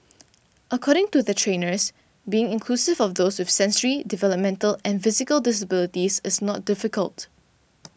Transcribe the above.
according to the trainers being inclusive of those with sensory developmental and physical disabilities is not difficult